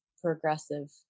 progressive